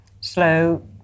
slow